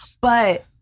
But-